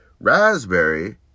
raspberry